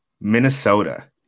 Minnesota